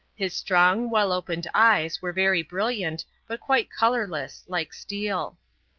his strong, well-opened eyes were very brilliant but quite colourless like steel.